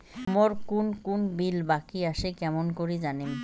মোর কুন কুন বিল বাকি আসে কেমন করি জানিম?